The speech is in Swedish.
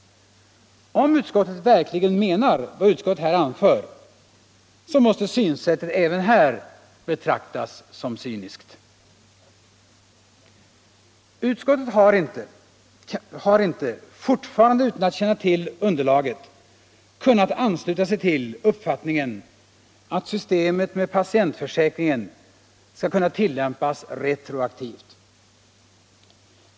Om utskottet verkligen menar vad utskottet anför, måste synsättet även här betraktas som cyniskt! Utskottet har inte — fortfarande utan att känna till underlaget — kunnat ansluta sig till uppfattningen att systemet med patientförsäkringen skall kunna tillämpas retroaktivt.